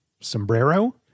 sombrero